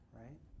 right